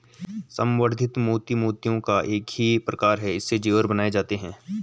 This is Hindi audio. संवर्धित मोती मोतियों का ही एक प्रकार है इससे जेवर बनाए जाते हैं